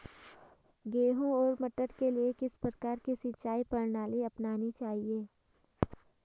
गेहूँ और मटर के लिए किस प्रकार की सिंचाई प्रणाली अपनानी चाहिये?